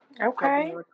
Okay